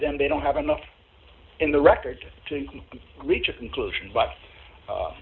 them they don't have enough in the record to reach a conclusion but